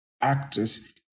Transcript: actors